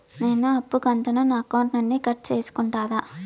నేను అప్పు కంతును నా అకౌంట్ నుండి కట్ సేసుకుంటారా?